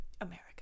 America